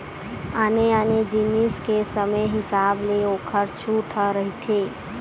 आने आने जिनिस के समे हिसाब ले ओखर छूट ह रहिथे